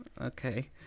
Okay